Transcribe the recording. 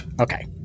Okay